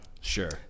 Sure